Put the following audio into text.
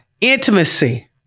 Intimacy